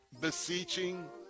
beseeching